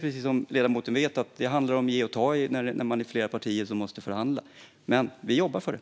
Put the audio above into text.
Precis som ledamoten vet handlar det om att ge och ta när flera partier förhandlar, men vi jobbar för det.